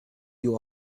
you